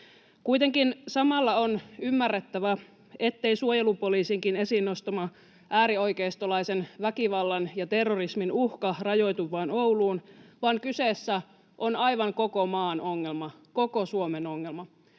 Kuitenkin samalla on ymmärrettävä, ettei suojelupoliisinkin esiin nostama äärioikeistolaisen väkivallan ja terrorismin uhka rajoitu vain Ouluun, vaan kyseessä on aivan koko maan ongelma, koko Suomen ongelma.